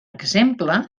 exemple